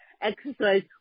exercise